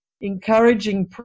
encouraging